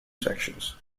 sections